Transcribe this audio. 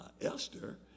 esther